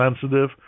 sensitive